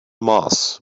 mass